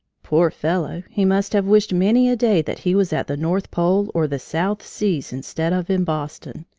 poor fellow, he must have wished many a day that he was at the north pole or the south seas instead of in boston.